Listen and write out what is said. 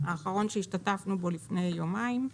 האחרון שהשתתפנו בו לפני יומיים.